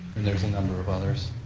there's a number of others.